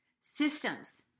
Systems